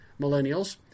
millennials